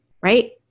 right